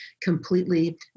completely